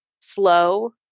slow